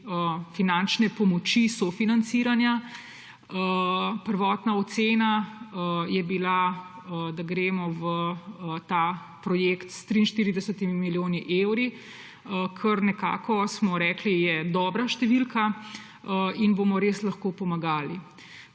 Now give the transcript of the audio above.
finančne pomoči, sofinanciranja. Prvotna ocena je bila, da gremo v ta projekt s 43 milijoni evri, kar je nekako, smo rekli, dobra številka in bomo res lahko pomagali.